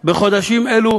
בחודשים אלו